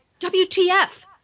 WTF